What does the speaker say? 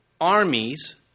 armies